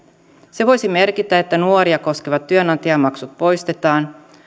se voisi merkitä että nuoria koskevat työnantajamaksut poistetaan